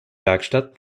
werkstatt